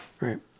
Right